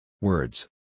Words